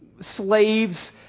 slaves